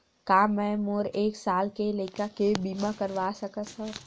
का मै मोर एक साल के लइका के बीमा करवा सकत हव?